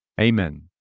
Amen